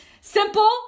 simple